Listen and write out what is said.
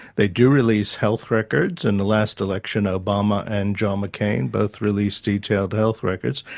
they do release health records in the last election obama and john mccain both released detailed health records,